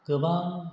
गोबां